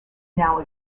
now